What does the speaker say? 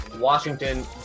Washington